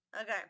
Okay